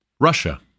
Russia